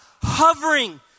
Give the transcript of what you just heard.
hovering